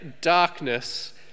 Darkness